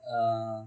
ah